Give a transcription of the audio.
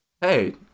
Hey